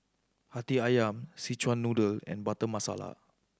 Hati Ayam Szechuan Noodle and Butter Masala